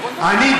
אני,